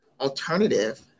alternative